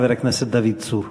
חבר הכנסת דוד צור.